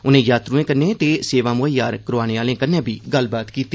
उनें यात्रुएं कन्नै ते सेवां मुहैईयां करोआने आलें कन्नै बी गल्लबात कीती